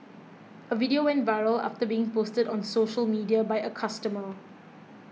a video went viral after being posted on social media by a customer